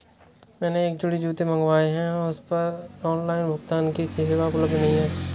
मैंने एक जोड़ी जूते मँगवाये हैं पर उस पर ऑनलाइन भुगतान की सेवा उपलब्ध नहीं है